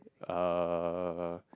uh